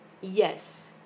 Yes